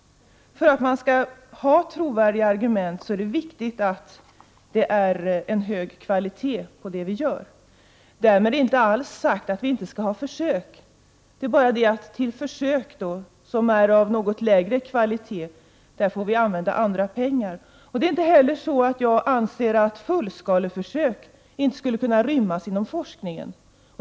För att man skall ha trovärdiga argument är det viktigt att ha hög kvalitet på det som vi gör. Därmed inte alls sagt att vi inte skulle ha försök. Till försök som alltså är av något lägre kvalitet får vi använda andra pengar. Jag anser inte att fullskaleförsök inte skulle rymmas inom forskningen.